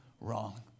wrong